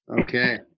Okay